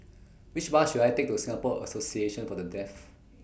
Which Bus should I Take to Singapore Association For The Deaf